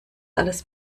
alles